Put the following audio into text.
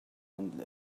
and